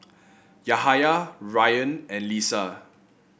Yahaya Ryan and Lisa